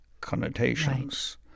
connotations